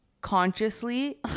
consciously